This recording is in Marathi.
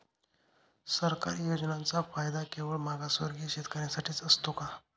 सरकारी योजनांचा फायदा केवळ मागासवर्गीय शेतकऱ्यांसाठीच असतो का?